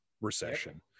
recession